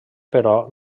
però